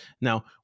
Now